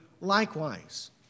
likewise